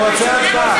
הוא רוצה הצבעה.